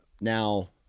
now